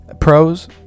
Pros